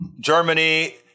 Germany